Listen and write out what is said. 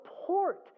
support